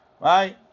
right